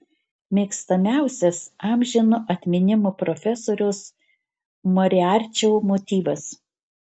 mėgstamiausias amžino atminimo profesoriaus moriarčio motyvas